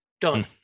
done